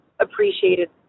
appreciated